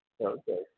Okay